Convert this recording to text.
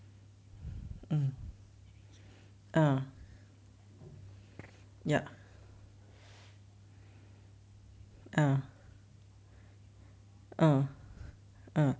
mm uh ya ah ah ah